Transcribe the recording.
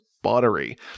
Buttery